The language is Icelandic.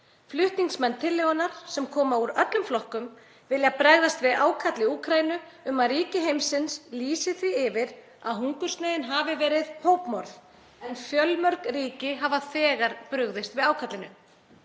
Flutningsmenn tillögunnar sem koma úr öllum flokkum vilja bregðast við ákalli Úkraínu um að ríki heimsins lýsi því yfir að hungursneyðin hafi verið hópmorð. Fjölmörg ríki hafa þegar brugðist við ákallinu.